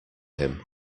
him